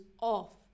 off